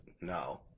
no